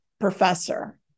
professor